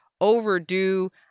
overdue